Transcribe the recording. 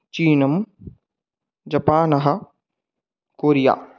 China Japan Korea